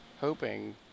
Hoping